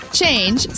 change